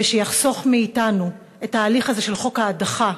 שיחסוך מאתנו את ההליך הזה של חוק ההדחה.